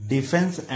Defense